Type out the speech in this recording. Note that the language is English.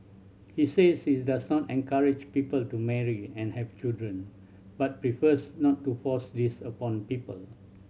he says his does encourage people to marry and have children but prefers not to force this upon people